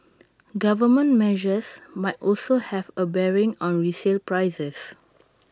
government measures might also have A bearing on resale prices